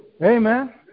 Amen